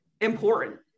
important